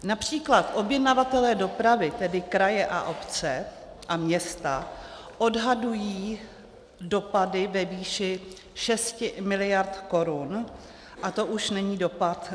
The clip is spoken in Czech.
Například objednavatelé dopravy, tedy kraje a obce a města, odhadují dopady ve výši 6 miliard korun a to už není dopad nevýrazný.